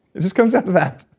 it just comes down to that